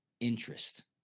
interest